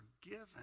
forgiven